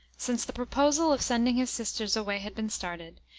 since the proposal of sending his sisters away had been started,